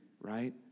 right